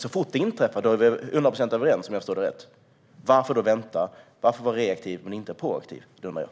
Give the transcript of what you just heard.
Så fort det inträffar är vi nämligen till hundra procent överens, om jag förstår det rätt. Varför då vänta? Varför vara reaktiv och inte proaktiv? Det undrar jag.